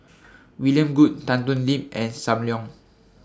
William Goode Tan Thoon Lip and SAM Leong